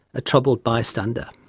a troubled bystander.